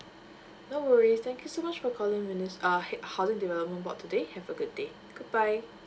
no worries thank you so much for calling minis~ uh he~ housing development board today have a good day goodbye